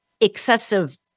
excessive